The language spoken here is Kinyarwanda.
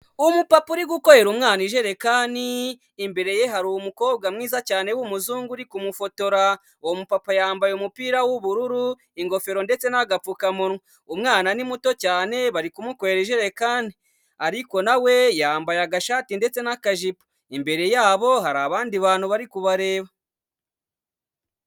Umupapa uri gukorera umwana ijerekani, imbere ye hari umukobwa mwiza cyane w'umuzungu uri kumufotora, uwo mupapa yambaye umupira w'ubururu, ingofero ndetse n'agapfukamunwa. Umwana ni muto cyane bari kumukorera ijerekani, ariko na we yambaye agashati ndetse n'akajipo, imbere yabo hari abandi bantu bari kubareba.